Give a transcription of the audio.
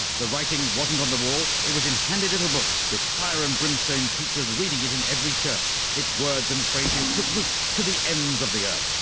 the writing wasn't on the wall, it was in handy little books with fire and brimstone preachers reading it in every church. its words and phrases took root to the ends of the earth,